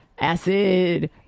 Acid